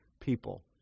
people